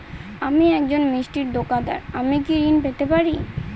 আমি একজন মিষ্টির দোকাদার আমি কি ঋণ পেতে পারি?